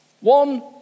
One